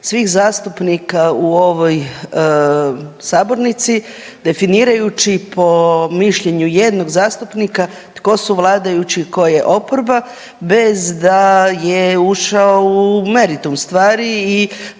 svih zastupnika u ovoj sabornici definirajući po mišljenju jednog zastupnika tko su vladajući, tko je oporba bez da je ušao u meritum stvari i